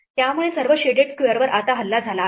त्यामुळे सर्व शेडेड स्क्वेअरस्वर आता हल्ला झाला आहे